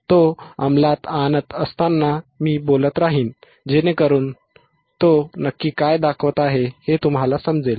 तो अंमलात आणत असताना मी बोलत राहीन जेणेकरून तो नक्की काय दाखवत आहे हे तुम्हाला समजेल